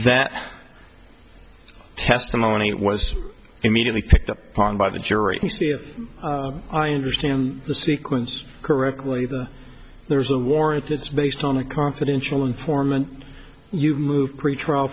that testimony it was immediately picked up upon by the jury i understand the sequence correctly that there's a warrant that's based on a confidential informant you move pretrial